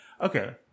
Okay